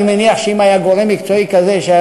אני מניח שאם היה גורם מקצועי כזה שהיה